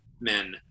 men